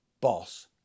boss